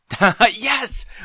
Yes